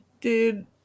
dude